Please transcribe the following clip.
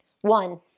One